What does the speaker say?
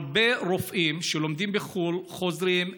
הרבה רופאים שלומדים בחו"ל חוזרים,